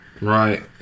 Right